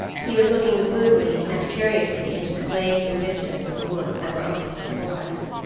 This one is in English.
he was looking gloomily and curiously into the glades and vistas of the woods that were opening before us.